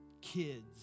kids